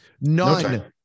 None